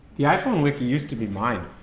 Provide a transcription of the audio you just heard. the iphone wiki used to be mine